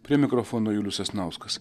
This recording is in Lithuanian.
prie mikrofono julius sasnauskas